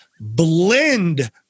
blend